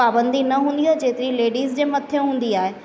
पाॿंदी न हूंदी आहे जेतिरी लेडिस जे मथे हूंदी आहे